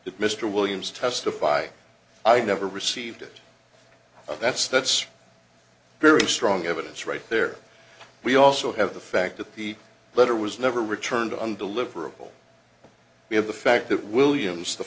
that mr williams testified i never received it and that's that's very strong evidence right there we also have the fact that the letter was never returned undeliverable we have the fact that williams the